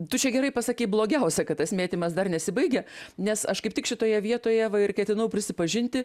tu čia gerai pasakei blogiausia kad tas mėtymas dar nesibaigia nes aš kaip tik šitoje vietoje ir ketinau prisipažinti